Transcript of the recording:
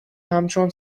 همچون